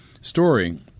story